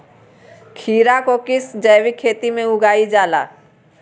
खीरा को किस जैविक खेती में उगाई जाला?